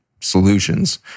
solutions